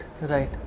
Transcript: right